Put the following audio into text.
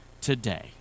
today